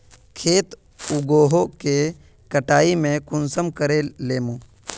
खेत उगोहो के कटाई में कुंसम करे लेमु?